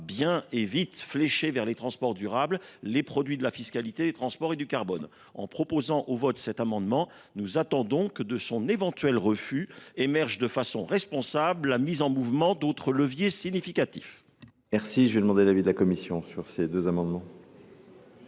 bien et vite flécher vers les transports durables les produits de la fiscalité des transports et du carbone. En soumettant cet amendement au vote, nous attendons que de son éventuel refus émerge de façon responsable la mise en mouvement d’autres leviers significatifs. Quel est l’avis de la commission ? Comme tout cela est